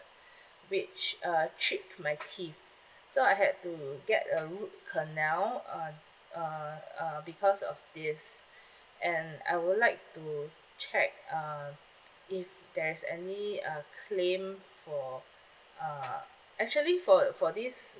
which uh chipped my teeth so I had to get a root canal uh uh uh because of this and I would like to check uh if there's any uh claim for uh actually for for this